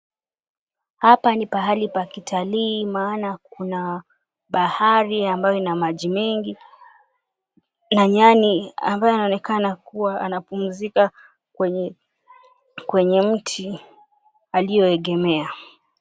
Hapa ni pahali pa kitalii maana kuna bahari ambayo ina maji mengi. Nyani ambaye anaonekana kuwa anapumzika kwenye kwenye mti aliyoegemea.